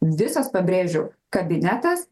visas pabrėžiu kabinetas